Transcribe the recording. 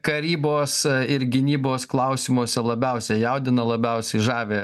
karybos ir gynybos klausimuose labiausiai jaudina labiausiai žavi